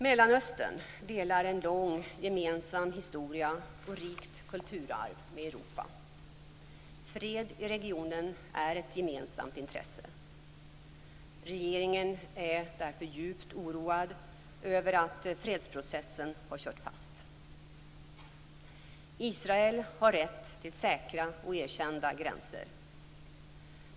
Mellanöstern delar en lång gemensam historia och ett rikt kulturarv med Europa. Fred i regionen är ett gemensamt intresse. Regeringen är därför djupt oroad över att fredsprocessen har kört fast. Israel har rätt till säkra och erkända gränser.